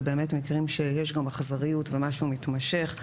באמת מקרים שיש בהם אכזריות ומשהו מתמשך.